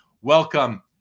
welcome